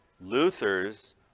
Luther's